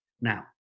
Now